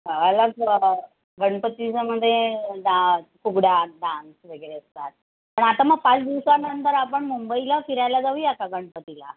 गणपतीच्या मध्ये डान्स फुगड्या डान्स वगैरे असतात पण आता मग पाच दिवसानंतर आपण मुंबईला फिरायला जाऊया का गणपतीला